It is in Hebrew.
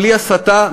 בלי הסתה,